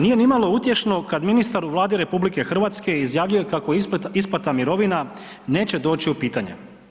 Nije nimalo utješno kad ministar u Vladi RH izjavljuje kako isplata mirovina neće doći u pitanje.